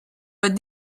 but